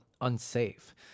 unsafe